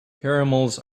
caramels